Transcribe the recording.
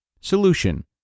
Solution